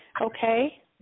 okay